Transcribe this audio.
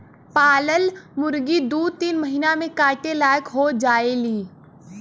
पालल मुरगी दू तीन महिना में काटे लायक हो जायेली